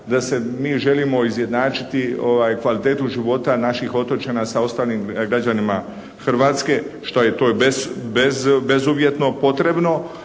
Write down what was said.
da se mi želimo izjednačiti kvalitetu života naših otočana sa ostalim građanima Hrvatske. Što i to je bezuvjetno potrebno,